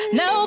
no